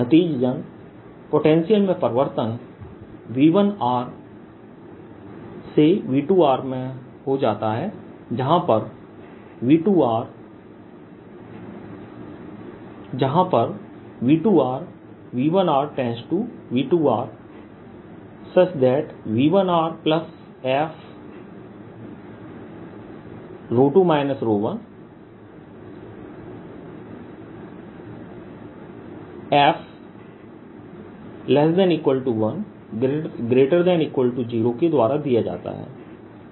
नतीजतन पोटेंशियल में परिवर्तन V1rV2rहो जाता है जहां पर V2r V1rV2rV1rf2 10≤f≤1 के द्वारा दिया जाता है